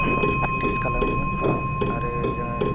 practice खालामोमोन आरो जोङो